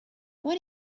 what